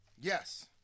yes